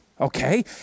okay